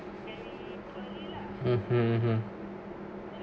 (uh huh)